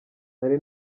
nari